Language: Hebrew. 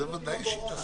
מתי יוצאת